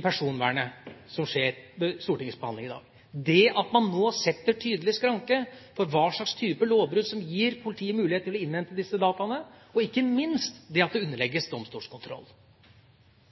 i personvernet som skjer ved Stortingets behandling i dag – det at man nå setter tydelig skranke for hva slags type lovbrudd som gir politiet mulighet til å innhente disse dataene, og ikke minst at det